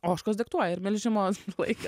ožkos diktuoja ir melžimo laiką